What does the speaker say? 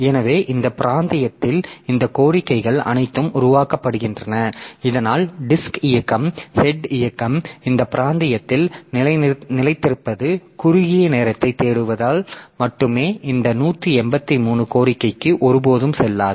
எனவே இந்த பிராந்தியத்தில் இந்த கோரிக்கைகள் அனைத்தும் உருவாக்கப்படுகின்றன இதனால் டிஸ்க் இயக்கம் ஹெட் இயக்கம் இந்த பிராந்தியத்தில் நிலைத்திருப்பது குறுகிய நேரத்தைத் தேடுவதால் மட்டுமே இந்த 183 கோரிக்கைக்கு ஒருபோதும் செல்லாது